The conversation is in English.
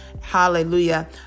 Hallelujah